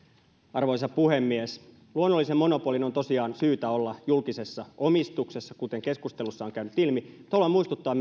arvoisa puhemies luonnollisen monopolin on tosiaan syytä olla julkisessa omistuksessa kuten keskustelussa on käynyt ilmi mutta haluan muistuttaa